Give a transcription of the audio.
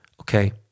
okay